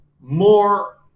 more